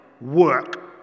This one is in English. work